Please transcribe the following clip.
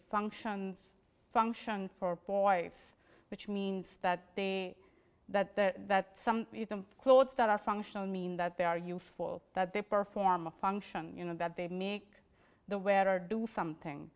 function function for boys which means that that that the clothes that are functional mean that they are useful that they perform a function you know that they make the wearer do something